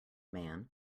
man